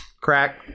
Crack